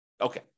Okay